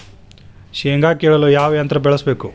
ಶೇಂಗಾ ಕೇಳಲು ಯಾವ ಯಂತ್ರ ಬಳಸಬೇಕು?